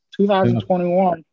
2021